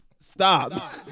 Stop